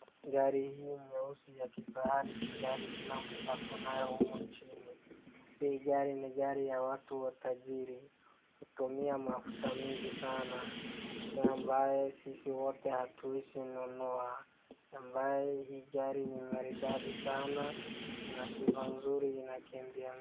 Gari hii nyeusi ya kifahari si gari kila mtu ako nayo humu nchini. Hii gari ni gari ya watu watajiri. Hutumia mafuta mingi sana, si ambaye sisi wote hatuwezi nunua, ambaye hii gari ni maridadi sana, ina sifa nzuri inakimbia...